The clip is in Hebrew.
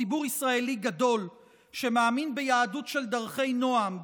ציבור ישראלי גדול שמאמין ביהדות של דרכי נועם,